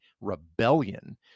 rebellion